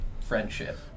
friendship